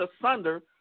asunder